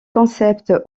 concept